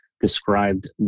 described